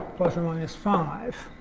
plus or minus five.